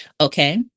okay